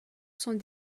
sont